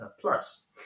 plus